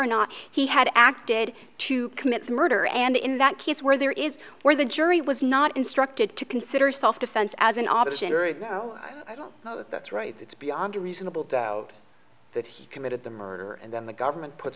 or not he had acted to commit the murder and in that case where there is where the jury was not instructed to consider self defense as an option or it no i don't know that that's right that's beyond a reasonable doubt that he committed the murder and then the government puts